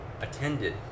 attended